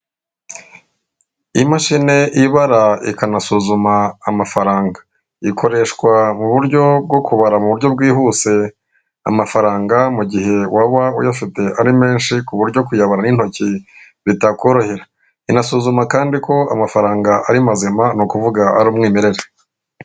Imashine ibara ikanasuzuma amafaranga, ikoreshwa mu buryo bwo kubara mu buryo bwihuse amafaranga mu gihe waba uyafite ari menshi ku buryo kuyabona n'intoki bitakorohera inasuzuma kandi ko amafaranga ari mazima ni ukuvuga ari umwimerere.